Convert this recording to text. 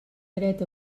dret